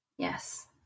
Yes